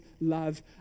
love